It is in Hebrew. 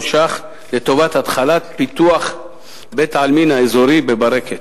שקל לטובת התחלת פיתוח בית-העלמין האזורי בברקת.